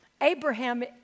Abraham